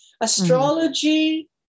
Astrology